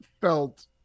felt